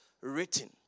written